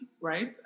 right